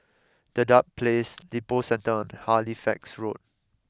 Dedap Place Lippo Centre and Halifax Road